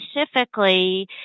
specifically